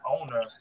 owner